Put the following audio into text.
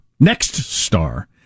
NextStar